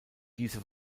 diese